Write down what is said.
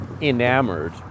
enamored